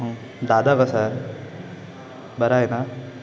दादा कसंय बरं आहे ना